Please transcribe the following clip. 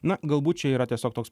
na galbūt čia yra tiesiog toks